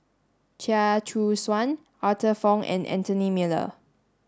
Chia Choo Suan Arthur Fong and Anthony Miller